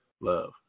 Love